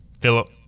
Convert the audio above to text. philip